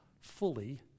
fully